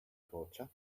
torture